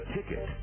Ticket